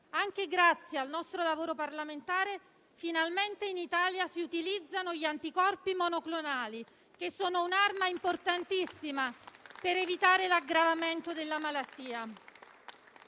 Anche grazie al nostro lavoro parlamentare, finalmente in Italia si utilizzano gli anticorpi monoclonali che sono un'arma importantissima per evitare l'aggravamento della malattia.